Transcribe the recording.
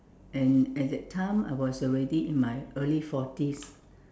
and at that time I was already in my early forties